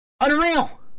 unreal